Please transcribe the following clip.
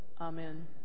Amen